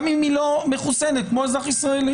גם אם היא לא מחוסנת כמו אזרח ישראלי.